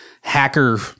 hacker